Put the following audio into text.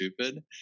stupid